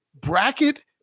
bracket